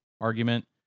argument